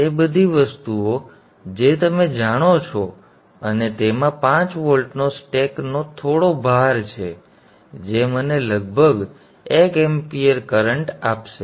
તેથી તે બધી વસ્તુઓ જે તમે જાણો છો અને તેમાં 5 વોલ્ટ નો સ્ટેક નો થોડો ભાર છે જે મને લગભગ 1 એમ્પ કરન્ટ આપશે